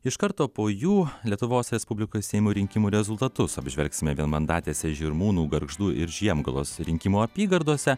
iš karto po jų lietuvos respublikos seimo rinkimų rezultatus apžvelgsime vienmandatėse žirmūnų gargždų ir žiemgalos rinkimų apygardose